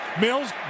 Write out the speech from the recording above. Mills